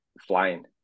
flying